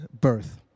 birth